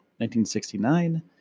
1969